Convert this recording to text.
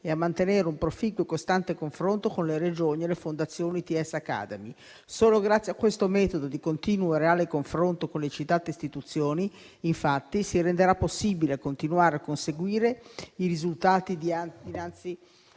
e a mantenere un proficuo e costante confronto con le Regioni e le fondazioni ITS Academy. Solo grazie a questo metodo di continuo e reale confronto con le citate istituzioni, infatti, si renderà possibile continuare a conseguire i risultati dinanzi